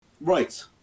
Right